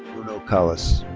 bruno kallas.